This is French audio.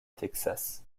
texas